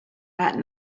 rat